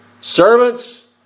Servants